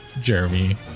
Jeremy